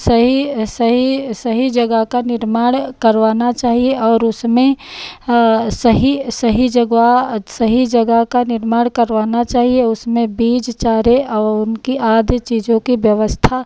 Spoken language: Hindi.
सही सही सही सही जगह का निर्माण करवाना चाहिए और उसमें सही सही जगह सही जगह का निर्माण करवाना चाहिए और उसमें बीज चारे और उनकी आदि चीज़ों की व्यवस्था